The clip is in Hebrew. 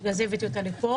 בגלל זה הבאתי אותה לפה.